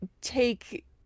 take